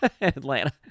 Atlanta